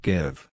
Give